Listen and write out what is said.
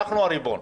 אנחנו הריבון,